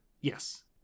Yes